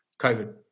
COVID